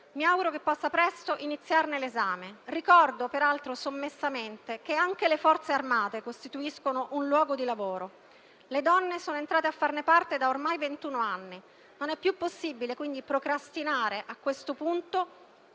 mi auguro che se ne possa iniziare presto l'esame. Ricordo peraltro, sommessamente, che anche le Forze armate costituiscono un luogo di lavoro. Le donne sono entrate a farne parte da ormai ventun anni; non è più possibile quindi procrastinare, a questo punto,